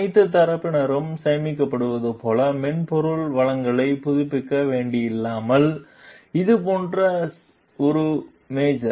அனைத்து தரப்பினருக்கும் சேமிக்கப்படுவது போல மென்பொருள் வளங்களை புதுப்பிக்க தேவையில்லாமல் இது போன்ற ஒரு மேஜர்